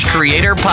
Creator